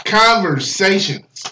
conversations